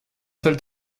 seul